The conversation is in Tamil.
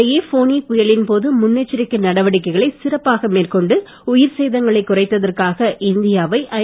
இதனிடையே ஃபோனி புயலின் போது முன்னெச்சறிக்கை நடவடிக்கைகளை சிறப்பாக மேற்கொண்டு உயிர்ச் சேதங்களை குறைத்ததற்காக இந்தியாவை ஐ